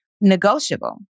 negotiable